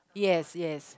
yes yes